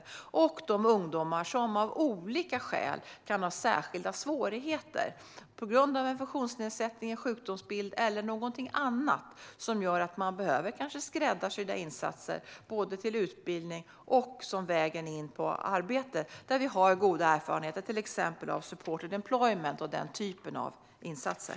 Det handlar också om ungdomar som av olika skäl kan ha särskilda svårigheter på grund av en funktionsnedsättning, en sjukdomsbild eller något annat som gör att de behöver skräddarsydda insatser både till utbildning och som en väg in till arbete. Här har vi goda erfarenheter av till exempel supported employment och liknande insatser.